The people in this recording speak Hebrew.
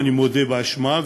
אני מודה באשמה,